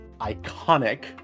iconic